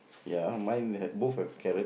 ya mine had both have carrot